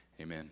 Amen